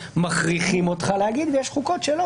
שמכריחים אותך להגיד ויש חוקות שלא.